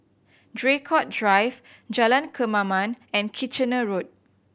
Draycott Drive Jalan Kemaman and Kitchener Road